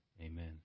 Amen